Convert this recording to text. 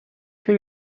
się